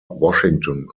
washington